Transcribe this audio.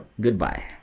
goodbye